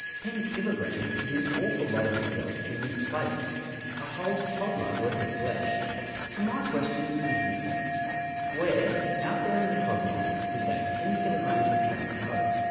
ten kilograms is an awful lot of yourself to misplace a whole toddler worth of flesh so my question is this where, out there in the cosmos, did that ten kilograms of fat go?